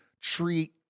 treat